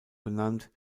benannt